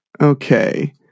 okay